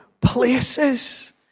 places